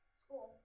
school